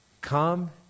come